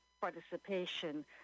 participation